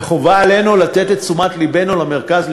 וחובה עלינו לתת את תשומת לבנו למרכז,